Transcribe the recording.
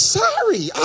sorry